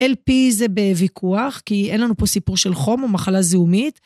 Lp זה בוויכוח, כי אין לנו פה סיפור של חום או מחלה זיהומית.